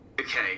Okay